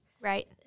right